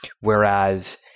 Whereas